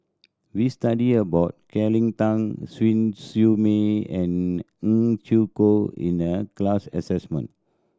we studied about Cleo Thang Siew May and Neo Chwee Kok in the class assignment